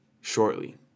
shortly